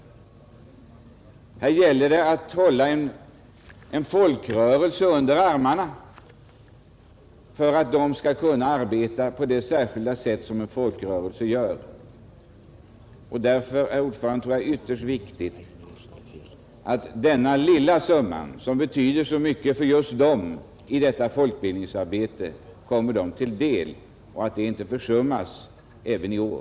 Här gäller det att hålla en folkrörelse under armarna för att den skall kunna arbeta på det särskilda sätt som en folkrörelse gör. Därför, herr talman, tror jag att det är ytterst viktigt att denna lilla summa, som betyder så mycket för just NTF i detta folkbildningsarbete, kommer NTF till del och att organisationen inte försummas även i år.